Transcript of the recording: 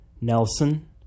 Nelson